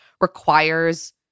requires